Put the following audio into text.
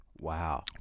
Wow